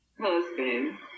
husband